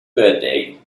birthday